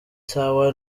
sawa